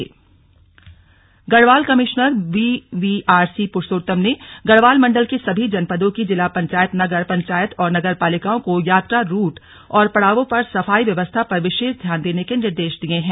slug commissioner बैठक Garhwal commissioner BVRC Purushottam ने गढ़वाल मण्डल के सभी जनपदों की जिला पंचायत नगर पंचायत और नगर पालिकाओं को यात्रा रूट और पड़ावों पर सफाई व्यवस्था पर विशेष ध्यान देने के निर्देश दिये हैं